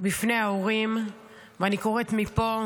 בפני ההורים ואני קוראת מפה,